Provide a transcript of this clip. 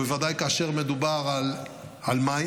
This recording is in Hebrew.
בוודאי כאשר מדובר על מים,